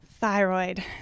Thyroid